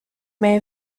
may